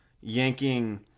yanking